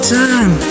time